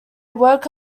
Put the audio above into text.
woke